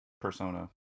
persona